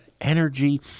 energy